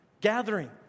Gathering